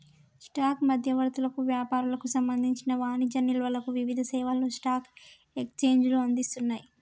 stock మధ్యవర్తులకు, వ్యాపారులకు సంబంధించిన వాణిజ్య నిల్వలకు వివిధ సేవలను స్టాక్ ఎక్స్చేంజ్లు అందిస్తయ్